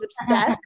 obsessed